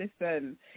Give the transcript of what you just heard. Listen